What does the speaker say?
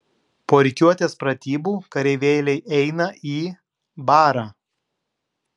po rikiuotės pratybų kareivėliai eina į barą